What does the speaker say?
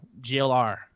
GLR